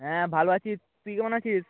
হ্যাঁ ভালো আছি তুই কেমন আছিস